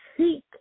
seek